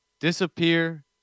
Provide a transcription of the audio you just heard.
disappear